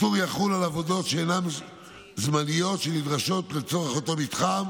הפטור יחול גם על עבודות שאינן זמניות שנדרשות לצורך אותו מתחם,